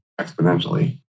exponentially